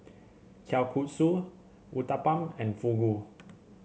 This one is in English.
Kalguksu Uthapam and Fugu